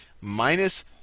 Minus